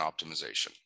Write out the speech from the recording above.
optimization